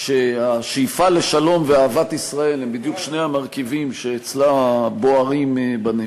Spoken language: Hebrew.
שהשאיפה לשלום ואהבת ישראל הן בדיוק שני המרכיבים שאצלה בוערים בנפש.